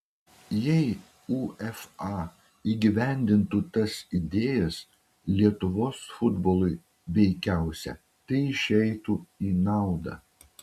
jei uefa įgyvendintų tas idėjas lietuvos futbolui veikiausia tai išeitų į naudą